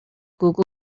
google